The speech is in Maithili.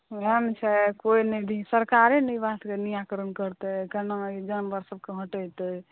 एहन छै सरकारे नहि ध्यान दै छै एहि बातके निराकरण करतै केना ई जानवर सभके हटौतै